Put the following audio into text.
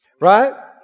Right